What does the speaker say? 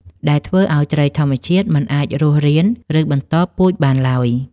ដែលធ្វើឱ្យត្រីធម្មជាតិមិនអាចរស់រាន ឬបន្តពូជបានឡើយ។